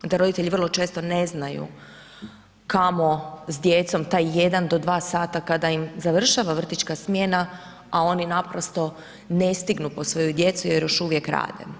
Da roditelji vrlo često ne znaju kao s djecom taj 1 do 2 sata kada im završava vrtićka smjena, a oni naprosto ne stignu po svoju djecu jer još uvijek rade.